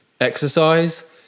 Exercise